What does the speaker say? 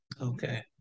Okay